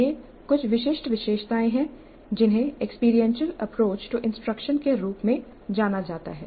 ये कुछ विशिष्ट विशेषताएं हैं जिन्हें एक्सपीरियंशियल अप्रोच टू इंस्ट्रक्शन के रूप में जाना जाता है